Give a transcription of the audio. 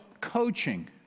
coaching